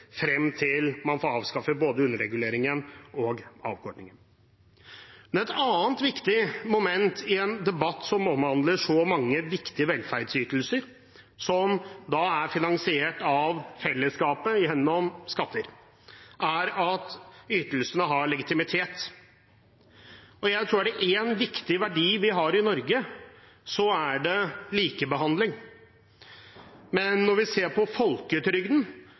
frem til man får avskaffet både underreguleringen og avkortingen. Et annet viktig moment i en debatt som omhandler så mange viktige velferdsytelser finansiert av fellesskapet gjennom skatter, er at ytelsene har legitimitet. Jeg tror at er det én viktig verdi vi har i Norge, så er det likebehandling. Men når vi ser på folketrygden,